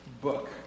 book